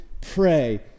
pray